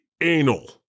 anal